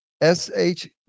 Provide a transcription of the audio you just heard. S-H